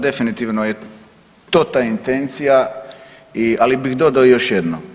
Definitivno je to ta intencija, ali bi dodao još jedno.